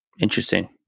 Interesting